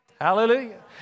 Hallelujah